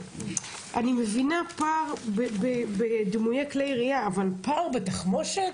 אני מבינה פער בדמויי כלי ירייה, אבל פער בתחמושת?